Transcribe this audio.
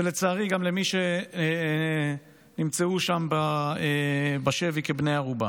ולצערי גם למי שנמצאו שם בשבי כבני ערובה.